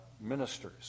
ministers